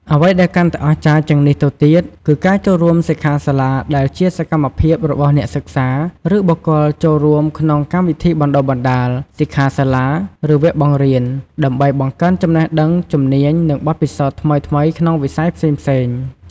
អ្វីដែលកាន់តែអស្ចារ្យជាងនេះទៅទៀត គឺការចូលរួមសិក្ខាសាលាដែលជាសកម្មភាពរបស់អ្នកសិក្សា ឬបុគ្គលចូលរួមក្នុងកម្មវិធីបណ្តុះបណ្តាល សិក្ខាសាលា ឬវគ្គបង្រៀន ដើម្បីបង្កើនចំណេះដឹង ជំនាញ និងបទពិសោធន៍ថ្មីៗក្នុងវិស័យផ្សេងៗ។